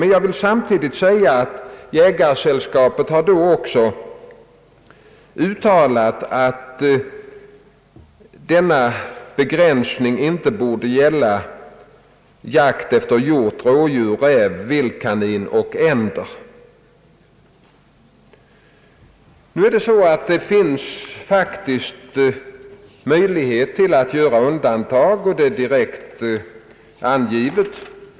Men jag vill samtidigt framhålla att Skånska jägarsällskapet även uttalat att begränsningen inte bör gälla »jakt efter hjort, rådjur, räv, vildkanin och änder». Nu finns det emellertid en direkt angiven möjlighet att göra undantag.